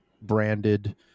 branded